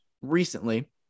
recently